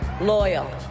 loyal